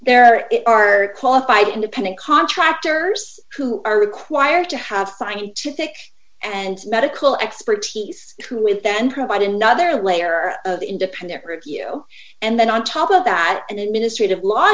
there are qualified independent contractors who are required to have scientific and medical expertise who would then provide another layer of independent review and then on top of that an administrative law